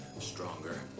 Stronger